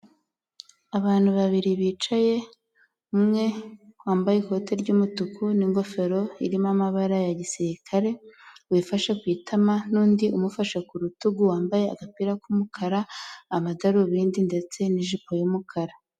Abantu babiri bicaye umwe wambaye ikoti ry'umutuku n'ingofero irimo amabara ya gisirikare wifashe ku itama, n'undi umufasha ku rutugu wambaye agapira k'umukara, amadarubindi ndetse n'ijipo y'umukara.